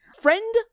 Friend